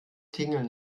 klingeln